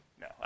No